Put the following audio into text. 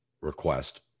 request